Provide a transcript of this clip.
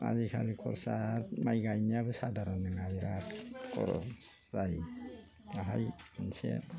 आजिखालि खरसा माइ गायनायाबो साधारन नङा बिराद खरस जायो